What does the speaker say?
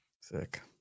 Sick